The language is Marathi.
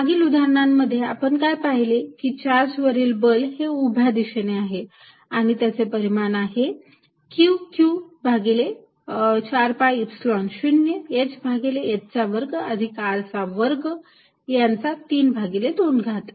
मागील उदाहरणांमध्ये आपण काय पाहिले की चार्ज वरील बल हे उभ्या दिशेने आहे आणि त्याचे परिमाण आहे Qq भागिले 4 पाय ईप्सिलॉन 0 h भागिले h चा वर्ग अधिक R चा वर्ग यांचा 32 घात